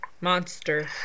monster